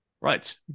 Right